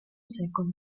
secolo